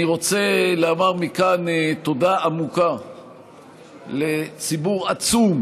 אני רוצה לומר מכאן תודה עמוקה לציבור עצום